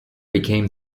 became